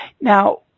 Now